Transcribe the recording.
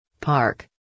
Park